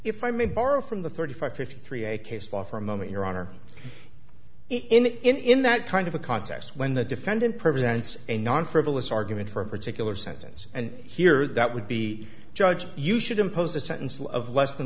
if i may borrow from the thirty five fifty three a case law for a moment your honor in that kind of a context when the defendant presents a non frivolous argument for a particular sentence and here that would be judge you should impose a sentence of less than